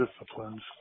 disciplines